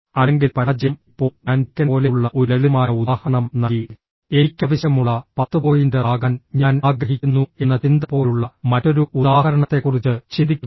അല്ലെങ്കിൽ പരാജയം ഇപ്പോൾ ഞാൻ ചിക്കൻ പോലെയുള്ള ഒരു ലളിതമായ ഉദാഹരണം നൽകി എനിക്ക് ആവശ്യമുള്ള പത്ത് പോയിന്റർ ആകാൻ ഞാൻ ആഗ്രഹിക്കുന്നു എന്ന ചിന്ത പോലുള്ള മറ്റൊരു ഉദാഹരണത്തെക്കുറിച്ച് ചിന്തിക്കുക